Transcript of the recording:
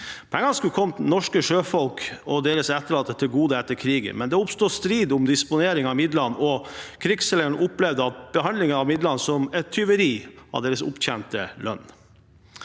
Pengene skulle komme norske sjøfolk og deres etterlatte til gode etter krigen, men det oppsto strid om disponering av midlene. Krigsseilerne opplevde behandlingen av midlene som et tyveri av deres opptjente lønn.